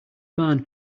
barn